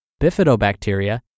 bifidobacteria